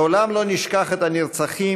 לעולם לא נשכח את הנרצחים,